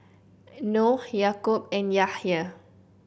Noh Yaakob and Yahaya